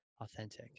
authentic